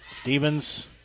Stevens